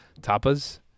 Tapas